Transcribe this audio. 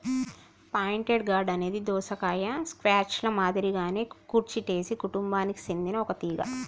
pointed gourd అనేది దోసకాయ, squash ల మాదిరిగానే కుకుర్చిటేసి కుటుంబానికి సెందిన ఒక తీగ